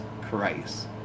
Christ